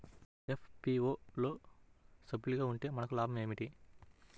FPO లో సభ్యులుగా ఉంటే మనకు లాభం ఏమిటి?